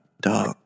dog